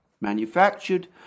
manufactured